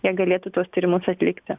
jie galėtų tuos tyrimus atlikti